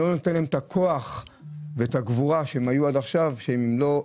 אין להם את הכוח ואת הגבורה שהייתה להם עד עכשיו כשיכלו